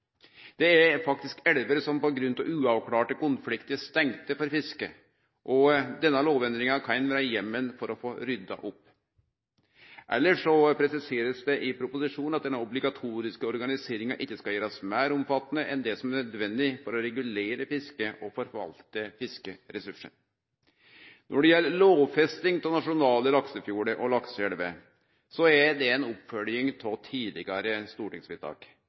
Det er faktisk elver som på grunn av uavklarte konfliktar er stengde for fiske. Denne lovendringa kan gi heimel til å få rydda opp. Elles blir det presisert i proposisjonen at denne obligatoriske organiseringa ikkje skal gjerast meir omfattande enn det som er nødvendig for å regulere fisket og forvalte fiskeressursane. Når det gjeld lovfesting av nasjonale laksefjordar og lakseelver, er det ei oppfølging av tidlegare stortingsvedtak